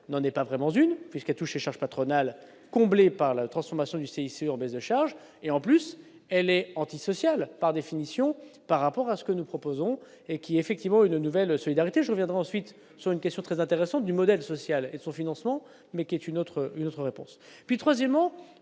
n'en est pas vraiment d'une puisqu'a touché charges patronales comblé par la transformation du CICE en baisse de charges et en plus elle est antisociale par définition par rapport à ce que nous proposons et qui effectivement une nouvelle solidarité je reviendrai ensuite sur une question très intéressante du modèle social et son financement, mais qui est une autre, une